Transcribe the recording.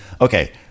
okay